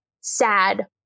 sad